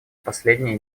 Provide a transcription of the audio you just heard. последние